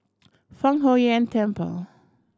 Fang Huo Yuan Temple